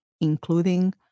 including